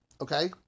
Okay